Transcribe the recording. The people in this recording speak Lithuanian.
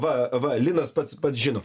va va linas pats pats žino